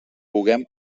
puguem